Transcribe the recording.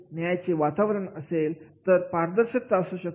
न्यायाचा वातावरण असेल तरच पारदर्शकता असू शकते